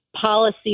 policy